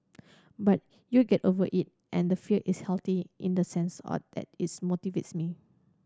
but you get over it and the fear is healthy in the sense are that its motivates me